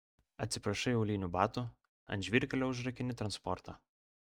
atsiprašai aulinių batų ant žvyrkelio užrakini transportą